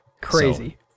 Crazy